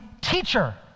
teacher